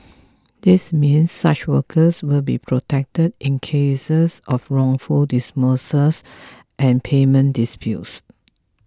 this means such workers will be protected in cases of wrongful dismissals and payment disputes